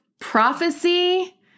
Prophecy